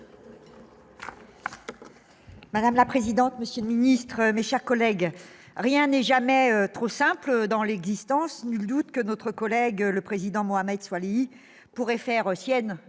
Madame la présidente, monsieur le ministre, mes chers collègues, rien n'est jamais trop simple dans l'existence. Nul doute que notre collègue Thani Mohamed Soilihi pourrait faire sienne